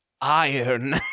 iron